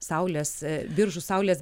saulės biržų saulės